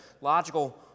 logical